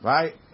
Right